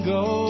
go